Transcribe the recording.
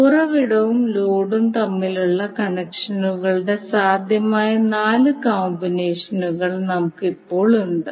ഉറവിടവും ലോഡും തമ്മിലുള്ള കണക്ഷനുകളുടെ സാധ്യമായ നാല് കോമ്പിനേഷനുകൾ നമുക്ക് ഇപ്പോൾ ഉണ്ട്